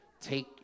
Take